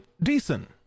decent